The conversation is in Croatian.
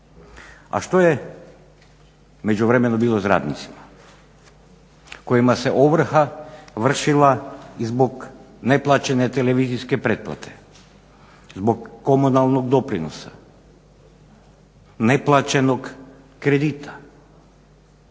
A što je u međuvremenu bilo s radnicima kojima se ovrha vršila i zbog neplaćene televizijske pretplate, zbog komunalnog doprinosa, neplaćenog kredita.